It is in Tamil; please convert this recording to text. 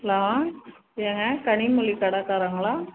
ஹலோ ஏங்க கனிமொழி கடைகாரங்களா